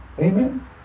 amen